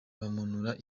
bamanura